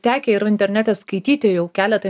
tekę ir internete skaityti jau keletą